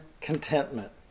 contentment